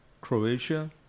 Croatia